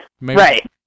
right